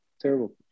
Terrible